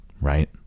right